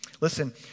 Listen